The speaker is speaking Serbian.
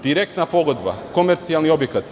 Direktna pogodba, komercijalni objekat.